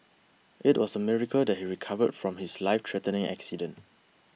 it was a miracle that he recovered from his lifethreatening accident